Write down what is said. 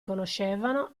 conoscevano